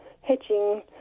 hedging